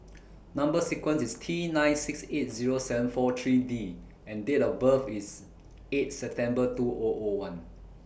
Number sequence IS T nine six eight Zero seven four three D and Date of birth IS eight September two O O one